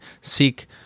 seek